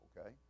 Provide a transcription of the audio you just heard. okay